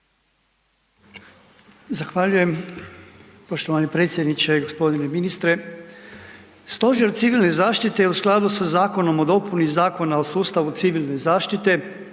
Zahvaljujem. Poštovani predsjedniče, gospodine ministre. Stožer civilne zaštite u skladu sa Zakonom o dopuni Zakona o sustavu civilne zaštite,